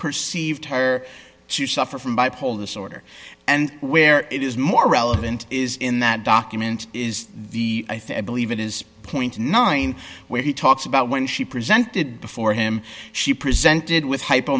perceived her to suffer from bipolar disorder and where it is more relevant is in that document is the i think i believe it is point nine where he talks about when she presented before him she presented with hypo